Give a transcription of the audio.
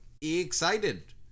excited